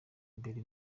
imbere